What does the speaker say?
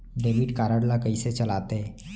Debit card ला कइसे चलाते?